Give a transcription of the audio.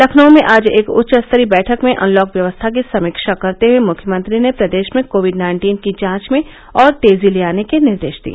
लखनऊ में आज एक उच्च स्तरीय बैठक में अनलॉक व्यवस्था की समीक्षा करते हुए मुख्यमंत्री ने प्रदेश में कोविड नाइन्टीन की जांच में और तेजी लाने के निर्देश दिए